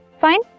Fine